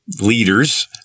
leaders